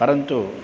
परन्तु